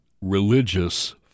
religious